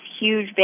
huge